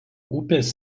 upės